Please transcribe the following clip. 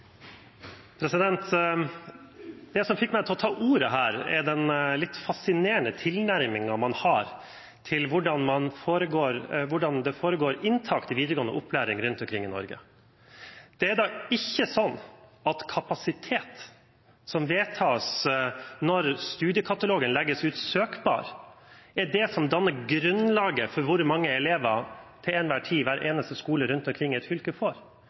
den litt fascinerende tilnærmingen man har til hvordan inntak til videregående opplæring rundt omkring i Norge foregår. Det er ikke sånn at kapasitet som vedtas når studiekatalogen legges ut søkbar, danner grunnlaget for hvor mange elever til enhver tid som hver eneste skole rundt omkring i et fylke får.